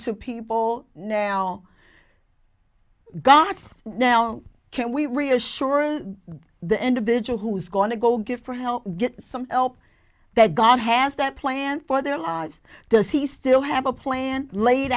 to people now gods now can we reassure the individual who's going to go get her help get some help that god has that plan for their lives does he still have a plan laid